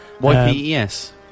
y-p-e-s